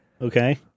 Okay